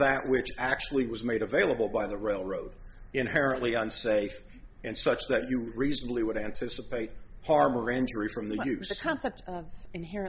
that which actually was made available by the railroad inherently unsafe and such that you reasonably would anticipate harm or injury from the